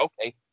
okay